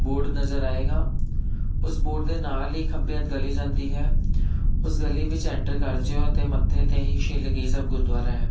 board ਨਜ਼ਰ ਆਏਗਾ ਉਸ ਬੋਡ ਦੇ ਨਾਲ ਹੀ ਖੱਬੇ ਹੱਥ ਗਲੀ ਜਾਂਦੀ ਹੈ ਉਸ ਗਲੀ ਵਿੱਚ ਐਂਟਰ ਕਰ ਜਿਓ ਅਤੇ ਮੱਥੇ 'ਤੇ ਹੀ ਸ਼ਿਲਕੀ ਸਾਹਿਬ ਗੁਰਦੁਆਰਾ ਹੈ